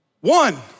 One